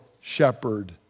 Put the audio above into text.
shepherd